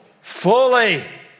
Fully